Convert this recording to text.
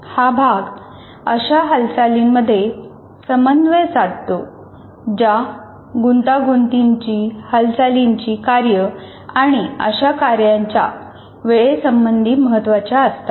हा भाग अशा हालचालींमध्ये समन्वय साधतो ज्या गुंतागुंतीची हालचालींची कार्ये आणि अशा कार्याच्या वेळेसंबंधी महत्वाच्या असतात